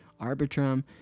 Arbitrum